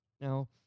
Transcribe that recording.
Now